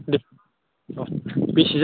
दे औ बेसे जाखो